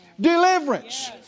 deliverance